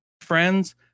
friends